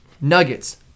Nuggets